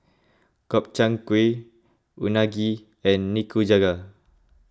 Gobchang Gui Unagi and Nikujaga